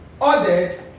ordered